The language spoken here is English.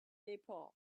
nepal